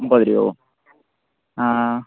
അൻപത് രൂപയോ ആ ആ